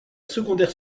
secondaire